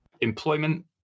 employment